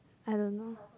I don't know